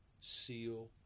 seal